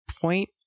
point